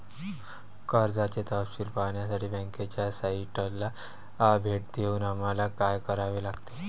कर्जाचे तपशील पाहण्यासाठी बँकेच्या साइटला भेट देऊन आम्हाला काय करावे लागेल?